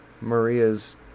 Maria's